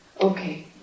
Okay